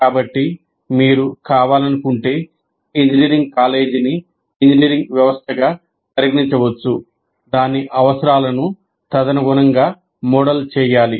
కాబట్టి మీరు కావాలనుకుంటే ఇంజనీరింగ్ కాలేజీని ఇంజనీరింగ్ వ్యవస్థగా పరిగణించవచ్చు దాని అవసరాలను తదనుగుణంగా మోడల్ చేయాలి